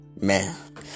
Man